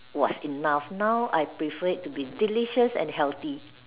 was enough now I prefer it to be delicious and healthy